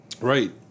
Right